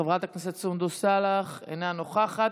חברת הכנסת סונדוס סאלח, אינה נוכחת.